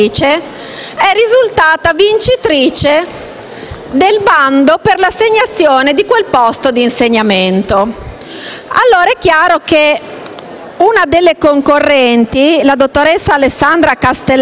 risultata vincitrice del bando per l'assegnazione di quel posto di insegnamento. Allora è chiaro che una delle concorrenti, la dottoressa Alessandra Castellani,